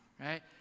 Right